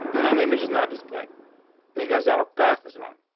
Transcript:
let me just not display because our past is wrong.